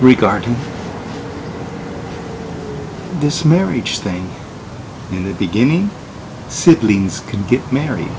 regarding this marriage thing in the beginning siblings